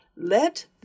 Let